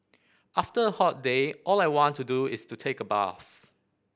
after a hot day all I want to do is to take a bath